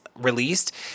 released